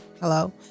Hello